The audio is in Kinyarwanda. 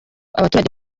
abaturage